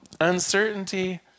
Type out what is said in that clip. uncertainty